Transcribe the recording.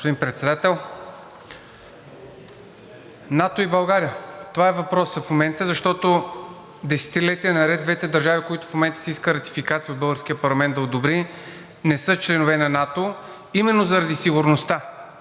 Господин Председател, НАТО и България – това е въпросът в момента, защото десетилетия наред двете държави, за които се иска ратификация от българския парламент да одобри, не са членове на НАТО именно заради сигурността,